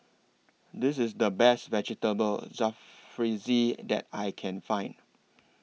This IS The Best Vegetable Jalfrezi that I Can Find